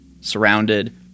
surrounded